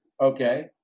Okay